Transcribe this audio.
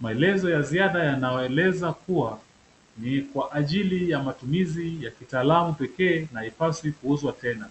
Maelezo ya ziada yanayoeleza kuwa ni kwa ajili ya matumizi ya kitaalamu pekee na haipaswi kuuzwa tena.